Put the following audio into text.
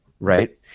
right